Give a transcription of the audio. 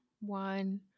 one